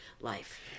life